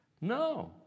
No